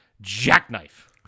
Jackknife